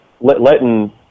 letting